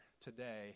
today